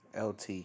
LT